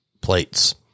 plates